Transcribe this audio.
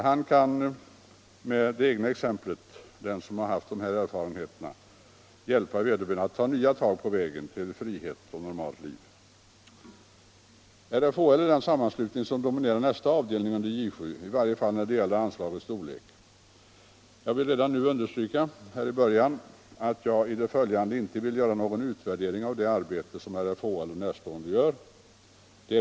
Den som har dessa erfarenheter kan på ett särskilt sätt hjälpa andra att ta nya tag på vägen till frihet och normalt liv. RFHL är den sammanslutning som dominerar nästa avdelning under J 7, i varje fall när det gäller anslagets storlek. Jag vill redan nu un-' derstryka att jag i det följande inte skall göra någon utvärdering av det arbete som RFHL och dem närstående organisationer gör.